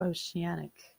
oceanic